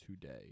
today